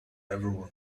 everyone